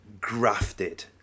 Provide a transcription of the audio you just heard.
grafted